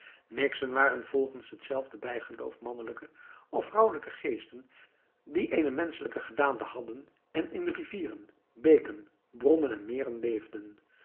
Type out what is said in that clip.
nixen waren volgens datzelfde bijgeloof mannelijke of vrouwelijke geesten die eene menschelijke gedaante hadden en in rivieren beken bronnen en meren leefden